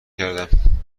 کردم